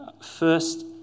First